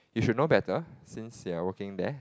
you should know better since you're working there